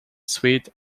sweet